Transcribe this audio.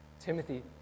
Timothy